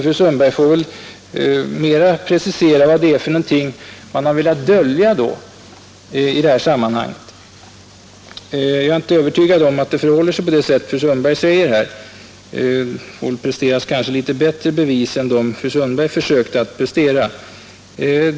Fru Sundberg får väl närmare precisera vad det är som man velat dölja i detta sammanhang. Jag är inte övertygad om att det förhåller sig på det sätt som fru Sundberg säger här. Det får presteras något bättre bevis än de som fru Sundberg försökte att anföra.